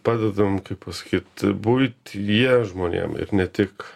padedam kaip pasakyt buityje žmonėm ir ne tik